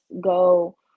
go